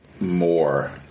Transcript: more